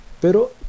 Pero